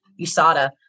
USADA